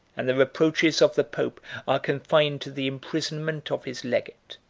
and the reproaches of the pope are confined to the imprisonment of his legate.